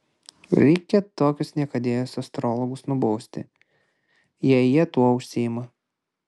reikia tokius niekadėjus astrologus nubausti jei jie tuo užsiima